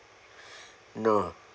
no